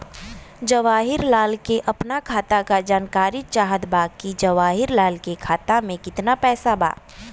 जवाहिर लाल के अपना खाता का जानकारी चाहत बा की जवाहिर लाल के खाता में कितना पैसा बा?